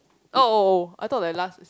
oh oh oh I thought that last